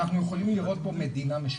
אנחנו יכולים לראות פה מדינה משותקת.